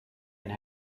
and